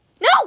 No